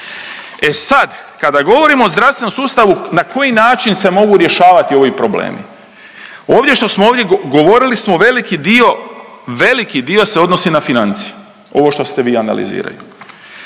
E sad kada govorimo o zdravstvenom sustavu na koji način se mogu rješavati ovi problemi. Ovdje što smo ovdje govorili smo veliki dio, veliki dio se odnosi na financije ovo što te vi analizirali.